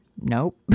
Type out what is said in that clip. Nope